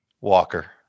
Walker